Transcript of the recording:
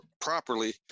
properly